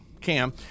cam